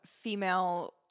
female